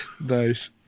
Nice